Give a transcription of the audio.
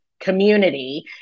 community